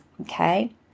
Okay